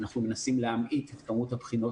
אנחנו מנסים להמעיט את כמות הבחינות